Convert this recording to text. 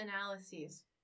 analyses